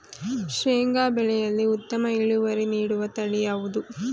ಶೇಂಗಾ ಬೆಳೆಯಲ್ಲಿ ಉತ್ತಮ ಇಳುವರಿ ನೀಡುವ ತಳಿ ಯಾವುದು?